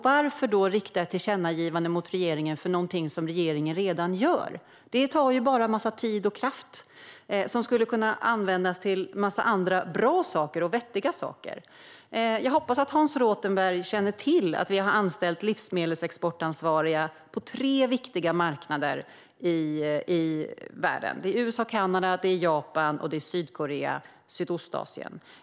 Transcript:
Varför då rikta ett tillkännagivande mot regeringen för någonting som regeringen redan gör? Det tar ju bara en massa tid och kraft som skulle kunna användas till en massa andra bra och vettiga saker. Jag hoppas att du känner till att vi har anställt livsmedelsexportansvariga på tre viktiga marknader i världen: USA-Kanada, Japan och Sydkorea-Sydostasien, Hans Rothenberg.